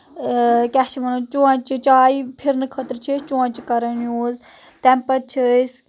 کیاہ چھِ وَنان چونٛچہٕ چاے پھِرنہٕ خٲطرٕ چھِ أسۍ چونٛچہٕ کَران یوٗز تَمہِ پَتہٕ چھِ أسۍ